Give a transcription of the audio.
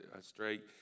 straight